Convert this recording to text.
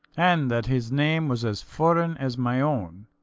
and that his name was as foreign as my own.